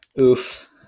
Oof